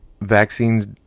Vaccines